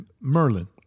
Merlin